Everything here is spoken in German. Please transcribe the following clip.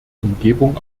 umgebung